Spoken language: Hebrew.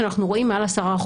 ברגע שאנחנו רואים מעל 10%,